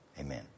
Amen